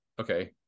Okay